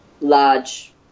large